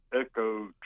echo